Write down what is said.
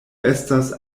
estas